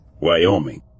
Wyoming